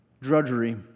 drudgery